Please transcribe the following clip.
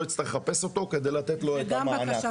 יצטרך לחפש אותו כדי לתת לו את המענק.